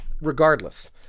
Regardless